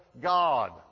God